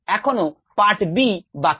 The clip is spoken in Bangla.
এখনো part b বাকি